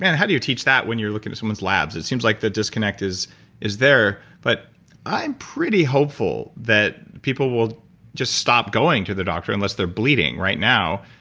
yeah how do you teach that when you're looking at someone's labs? it seems like the disconnect is is there, but i'm pretty hopeful that people will just stop going to the doctor unless their bleeding right now,